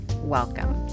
welcome